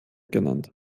genannt